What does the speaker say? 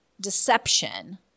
deception